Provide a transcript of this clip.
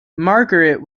margaret